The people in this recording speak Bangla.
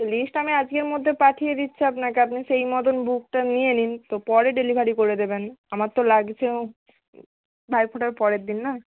লিস্ট আমি আজকের মধ্যে পাঠিয়ে দিচ্ছি আপনাকে আপনি সেই মতোন বুকটা নিয়ে নিন তো পরে ডেলিভারি করে দেবেন আমার তো লাগছেও ভাইফোঁটার পরের দিন না